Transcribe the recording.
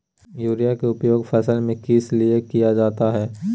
Urea के उपयोग फसल में किस लिए किया जाता है?